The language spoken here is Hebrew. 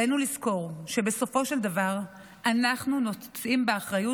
עלינו לזכור שבסופו של דבר אנחנו נושאים באחריות